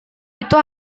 itu